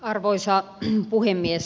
arvoisa puhemies